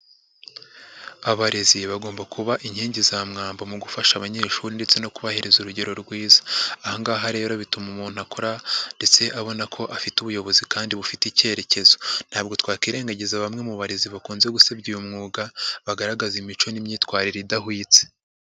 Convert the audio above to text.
Abarezi bagomba kuba inkingi za mwamba mu gufasha abanyeshuri ndetse no kubahiriza urugero rwiza, aha ngaha rero bituma umuntu akora ndetse abona ko afite ubuyobozi kandi bufite icyerekezo, ntabwo twakirengagiza bamwe mu barezi bakunze gusebya uyu mwuga, bagaragaza imico n'imyitwarire idahwitse.